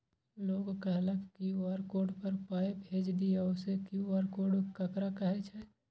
लोग कहलक QR code पर पाय भेज दियौ से क्यू.आर कोड ककरा कहै छै?